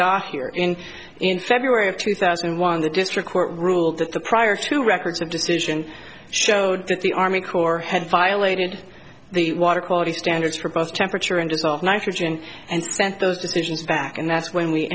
got here in in february of two thousand and one the district court ruled that the prior two records of decision showed that the army corps had violated the water quality standards for both temperature and dissolved nitrogen and sent those decisions back and that's when we